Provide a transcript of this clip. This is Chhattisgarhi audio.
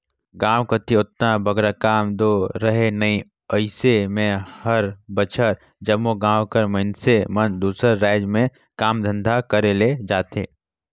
गाँव कती ओतना बगरा काम दो रहें नई अइसे में हर बछर जम्मो गाँव कर मइनसे मन दूसर राएज में काम धाम करे ले जाथें